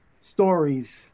stories